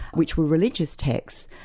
which were religious texts,